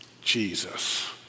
Jesus